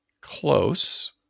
Close